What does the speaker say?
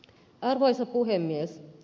arvoisa puhemies